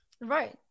Right